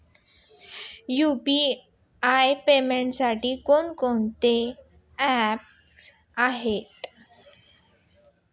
UPI पेमेंटसाठी कोणकोणती apps आहेत?